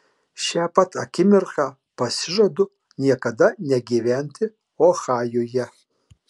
šią pat akimirką pasižadu niekada negyventi ohajuje